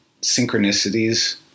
synchronicities